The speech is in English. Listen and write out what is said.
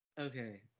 Okay